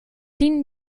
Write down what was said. tien